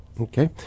okay